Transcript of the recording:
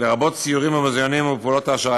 לרבות סיורים במוזיאונים ופעולות העשרה.